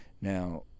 Now